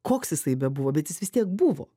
koks jisai bebuvo bet jis vis tiek buvo